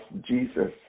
Jesus